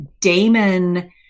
Damon